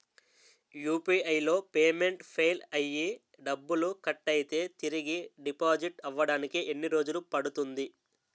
UPI లో payment fail అయ్యి డబ్బులు కట్ అయితే తిరిగి డిపాజిట్ అవ్వడానికి ఎన్ని రోజులు పడుతుంది?